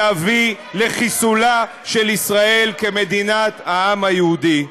להביא לחיסולה של ישראל כמדינת העם היהודי.